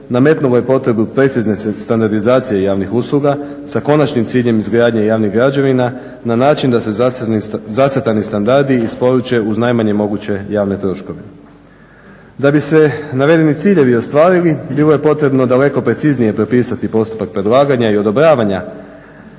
nametnulo je potrebu precizne standardizacije javnih usluga sa konačnim ciljem izgradnje javnih građevina na način da se zacrtani standardi isporuče uz najmanje moguće javne troškove. Da bi se navedeni ciljevi ostvarili bilo je potrebno daleko preciznije propisati postupak predlaganja i odobravanja